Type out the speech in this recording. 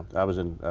i was in.